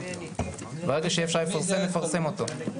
ברגע שיהיה אפשר לפרסם, נפרסם אותו.